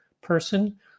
person